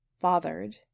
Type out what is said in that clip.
bothered